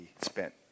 spent